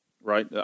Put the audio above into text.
Right